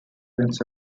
into